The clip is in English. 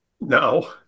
No